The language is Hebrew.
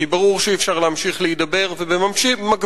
כי ברור שאי-אפשר להמשיך להידבר ובמקביל